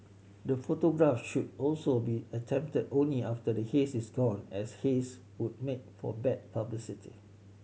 the photograph should also be attempted only after the haze is gone as haze would make for bad publicity